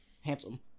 handsome